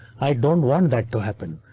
i don't want that to happen.